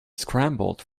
scrambled